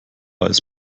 als